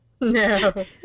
No